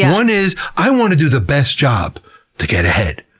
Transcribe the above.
one is, i want to do the best job to get ahead.